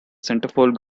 centerfold